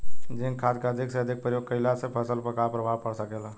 Zinc खाद क अधिक से अधिक प्रयोग कइला से फसल पर का प्रभाव पड़ सकेला?